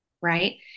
right